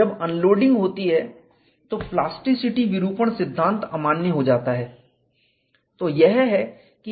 जब अनलोडिंग होती है तो प्लास्टिसिटी विरूपण सिद्धांत अमान्य हो जाता है